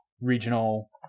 regional